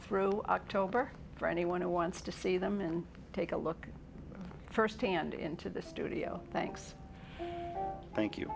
through october for anyone who wants to see them and take a look firsthand into the studio thanks thank you